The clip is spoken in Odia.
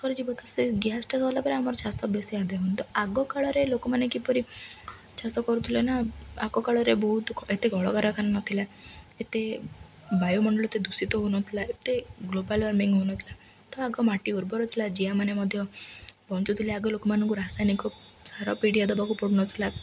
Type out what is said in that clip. ସରିଯିବ ତ ସେ ଗ୍ୟାସ୍ଟା ସରିଲା ପରେ ଆମର ଚାଷ ବେଶୀ ଆଗକାଳରେ ଲୋକମାନେ କିପରି ଚାଷ କରୁଥିଲେ ନା ଆଗକାଳରେ ବହୁତ ଏତେ କଳକାରଖାନା ନଥିଲା ଏତେ ବାୟୁମଣ୍ଡଳ ଏତେ ଦୂଷିତ ହଉନଥିଲା ଏତେ ଗ୍ଲୋବାଲ୍ ୱାର୍ମିଂ ହଉ ନଥିଲା ତ ଆଗ ମାଟି ଉର୍ବର ଥିଲା ଜିଆମାନେ ମଧ୍ୟ ବଞ୍ଚୁଥିଲେ ଆଗ ଲୋକମାନଙ୍କୁ ରାସାୟନିକ ସାର ପିଡ଼ିଆ ଦବାକୁ ପଡ଼ୁ ନଥିଲା